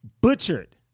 butchered